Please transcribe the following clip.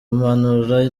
impanuro